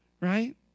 Right